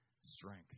strength